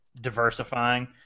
diversifying